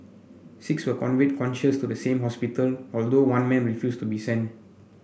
six were conveyed conscious to the same hospital although one man refused to be sent